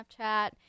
Snapchat